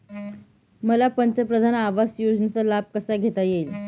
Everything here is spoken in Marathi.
मला पंतप्रधान आवास योजनेचा लाभ कसा घेता येईल?